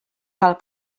cal